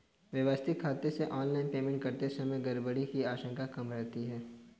व्यवस्थित खाते से ऑनलाइन पेमेंट करते समय गड़बड़ी की आशंका कम रहती है